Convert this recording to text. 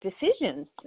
decisions